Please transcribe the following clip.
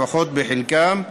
לפחות בחלקם,